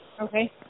Okay